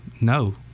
no